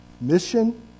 mission